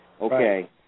Okay